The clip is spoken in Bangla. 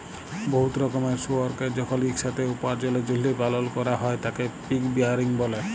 বহুত রকমের শুয়রকে যখল ইকসাথে উপার্জলের জ্যলহে পালল ক্যরা হ্যয় তাকে পিগ রেয়ারিং ব্যলে